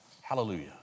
Hallelujah